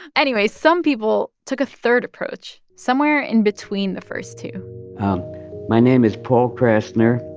anyway, some people took a third approach somewhere in between the first two my name is paul krassner.